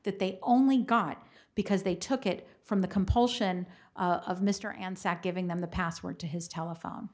that they only got because they took it from the compulsion of mr and sat giving them the password to his telephone